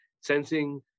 sensing